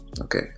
Okay